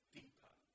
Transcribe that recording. deeper